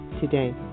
today